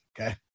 Okay